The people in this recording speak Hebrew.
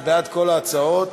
התשע"ה 2015,